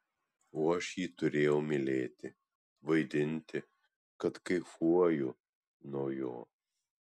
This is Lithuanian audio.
o aš jį turėjau mylėti vaidinti kad kaifuoju nuo jo